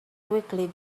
quickly